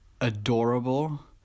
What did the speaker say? adorable